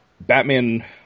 Batman